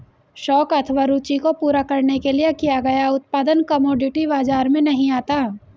शौक अथवा रूचि को पूरा करने के लिए किया गया उत्पादन कमोडिटी बाजार में नहीं आता